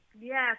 Yes